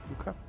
Okay